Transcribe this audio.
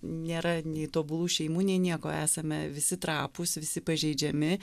nėra nei tobulų šeimų nei nieko esame visi trapūs visi pažeidžiami